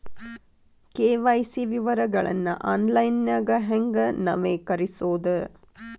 KYC ವಿವರಗಳನ್ನ ಆನ್ಲೈನ್ಯಾಗ ಹೆಂಗ ನವೇಕರಿಸೋದ